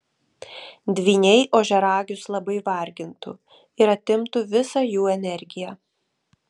dvyniai ožiaragius labai vargintų ir atimtų visą jų energiją